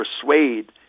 persuade